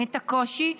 את הקושי.